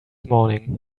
morning